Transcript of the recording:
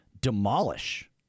demolish